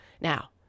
Now